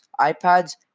iPads